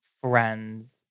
friends